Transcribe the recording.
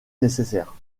nécessaire